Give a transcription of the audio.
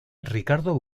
ricardo